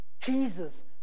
Jesus